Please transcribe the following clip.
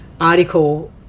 article